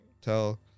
tell